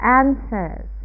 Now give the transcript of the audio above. answers